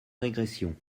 régression